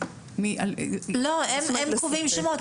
לא, הם קובעים שמות.